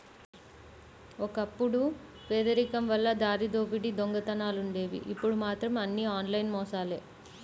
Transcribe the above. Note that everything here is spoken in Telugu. ఒకప్పుడు పేదరికం వల్ల దారిదోపిడీ దొంగతనాలుండేవి ఇప్పుడు మాత్రం అన్నీ ఆన్లైన్ మోసాలే